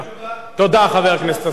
תודה, חבר הכנסת אלסאנע.